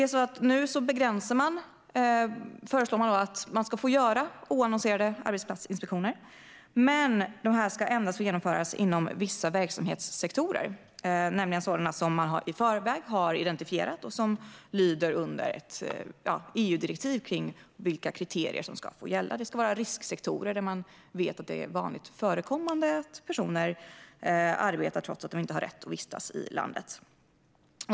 Nu föreslås att man ska få göra oannonserade arbetsplatsinspektioner, men de ska endast få göras inom vissa verksamhetssektorer, nämligen sådana som i förväg har identifierats och som lyder under ett EU-direktiv om vilka kriterier som ska få gälla. Det ska vara risksektorer där man vet att det är vanligt förekommande att personer arbetar trots att de inte har rätt att vistas i landet.